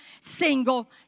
single